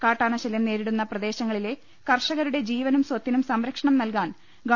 കാട്ടാനശല്ല്യം നേരിടുന്ന പ്രദേശങ്ങളിലെ കർഷകരുടെ ജീവനും സ്വത്തിനും സംരക്ഷണം നൽകാൻ ഗവ